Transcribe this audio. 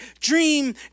Dream